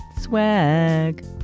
swag